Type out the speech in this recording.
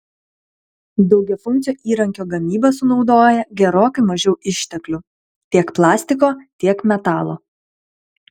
daugiafunkcio įrankio gamyba sunaudoja gerokai mažiau išteklių tiek plastiko tiek metalo